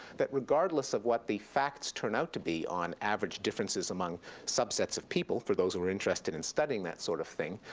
that regardless of what the facts turn out to be on average differences among subsets of people, for those who are interested in studying that sort of thing,